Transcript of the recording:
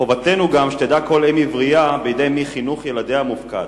חובתנו גם שתדע כל אם עברייה בידי מי חינוך ילדיה מופקד,